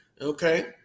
Okay